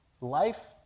life